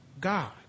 God